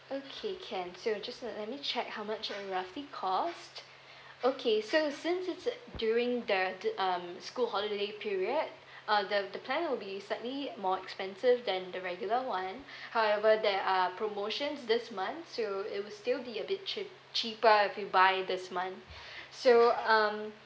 okay can so just uh let me check how much it will roughly cost okay so since it's it during the the um school holiday period uh the the plan will be slightly more expensive than the regular one however there are promotions this month so it will still be a bit cheap~ cheaper if you buy this month so um